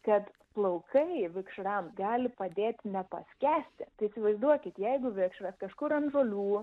kad plaukai vikšrams gali padėti nepaskęsti tai įsivaizduokit jeigu vikšras kažkur ant žolių